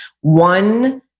one